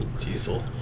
Diesel